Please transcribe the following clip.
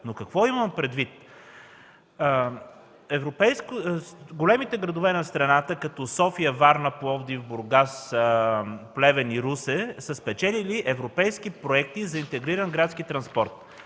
Но какво имам предвид? Големите градове на страната като София, Варна, Пловдив, Бургас, Плевен и Русе са спечелили европейски проекти за интегриран градски транспорт.